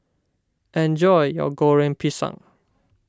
enjoy your Goreng Pisang